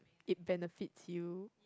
it benefits you